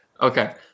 Okay